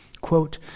quote